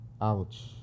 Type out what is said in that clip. Ouch